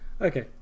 Okay